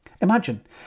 Imagine